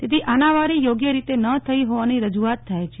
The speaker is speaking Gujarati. તેથી આનાવારી યોગ્ય રીતે ન થઇ હૌવાની રજૂઆત થાય છે